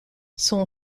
son